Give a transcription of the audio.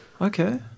Okay